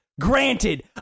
Granted